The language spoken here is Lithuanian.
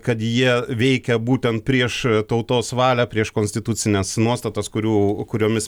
kad jie veikia būtent prieš tautos valią prieš konstitucines nuostatas kurių kuriomis